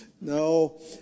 No